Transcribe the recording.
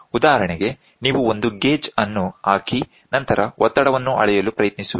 ಉದಾಹರಣೆಗೆ ನೀವು ಒಂದು ಗೇಜ್ ಅನ್ನು ಹಾಕಿ ನಂತರ ಒತ್ತಡವನ್ನು ಅಳೆಯಲು ಪ್ರಯತ್ನಿಸುವಿರಿ